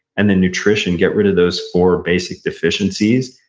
and then nutrition. get rid of those four basic deficiencies,